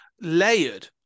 layered